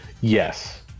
Yes